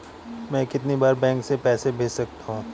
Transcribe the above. मैं कितनी बार बैंक से पैसे भेज सकता हूँ?